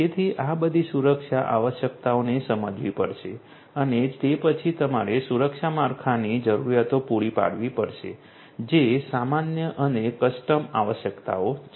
તેથી આ બધી સુરક્ષા આવશ્યકતાઓને સમજવી પડશે અને તે પછી તમારે સુરક્ષા માળખાની જરૂરિયાતો પૂરી પાડવી પડશે જે સામાન્ય અને કસ્ટમ આવશ્યકતાઓ છે